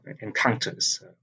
encounters